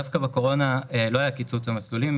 דווקא בקורונה לא היה קיצוץ במסלולים.